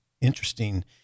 interesting